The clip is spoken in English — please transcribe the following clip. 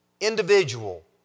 individual